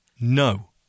no